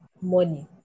money